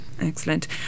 Excellent